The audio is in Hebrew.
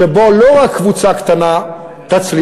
שבו לא רק קבוצה קטנה תצליח,